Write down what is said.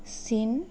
চীন